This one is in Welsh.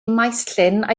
maesllyn